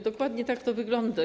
Dokładnie tak to wygląda.